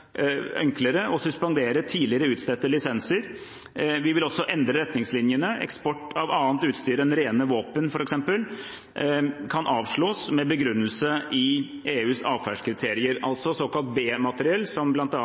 enklere å suspendere tidligere utstedte lisenser. Vi vil også endre retningslinjene. Eksport av annet utstyr enn rene våpen, f.eks., kan avslås med begrunnelse i EUs atferdskriterier – altså såkalt B-materiell, som